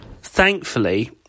thankfully